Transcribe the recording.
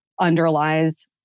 underlies